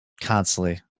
constantly